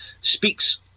speaks